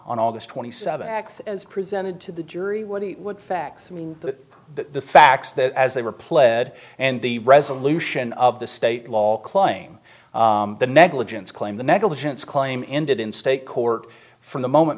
on august twenty seven x as presented to the jury what he would fax to me the facts that as they were pled and the resolution of the state law claim the negligence claim the negligence claim ended in state court from the moment